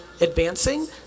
advancing